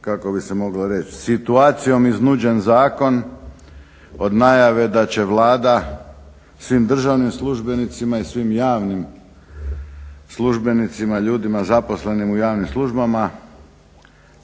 kako bi se moglo reći situacijom iznuđen zakon od najave da će Vlada svim državnim službenicima i svim javnim službenicima, ljudima zaposlenim u javnim službama